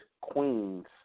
queens